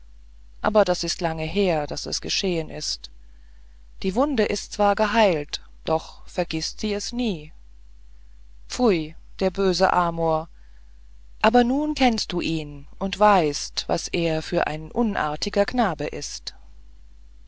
aber das ist lange her daß es geschehen ist die wunde ist zwar geheilt doch vergißt sie es nie pfui der böse amor aber nun kennst du ihn und weißt was er für ein unartiger knabe ist